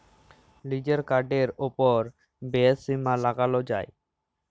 লিজের কার্ডের ওপর ব্যয়ের সীমা লাগাল যায়